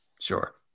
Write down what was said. Sure